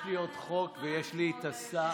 יש לי עוד חוק ויש לי את השר.